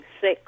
sick